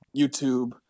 YouTube